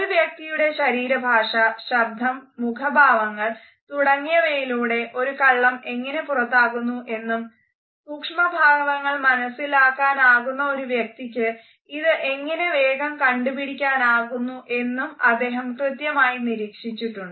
ഒരു വ്യക്തിയുടെ ശരീരഭാഷ ശബ്ദം മുഖഭാവങ്ങൾ തുടങ്ങിയവയിലൂടെ ഒരു കള്ളം എങ്ങനെ പുറത്താകുന്നു എന്നും സൂക്ഷ്മ ഭാവങ്ങൾ മനസിലാക്കാനാകുന്ന ഒരു വ്യക്തിക്ക് ഇതെങ്ങനെ വേഗം കണ്ടുപിടിക്കാനാകുന്നു എന്നും അദ്ദേഹം കൃത്യമായി നിരീക്ഷിച്ചിട്ടുണ്ട്